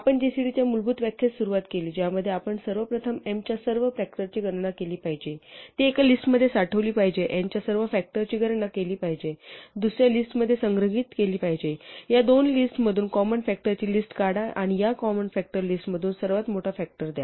आपण जीसीडीच्या मूलभूत व्याख्येस सुरुवात केली ज्यामध्ये आपण सर्वप्रथम m च्या सर्व फ़ॅक्टरची गणना केली पाहिजे ती एका लिस्टमध्ये साठवली पाहिजे n च्या सर्व फ़ॅक्टरची गणना केली पाहिजे दुसर्या लिस्टमध्ये संग्रहित केली पाहिजे या दोन लिस्टमधून कॉमन फ़ॅक्टर ची लिस्ट काढा आणि या कॉमन फ़ॅक्टर लिस्ट मधून सर्वात मोठा फ़ॅक्टर द्या